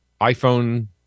iPhone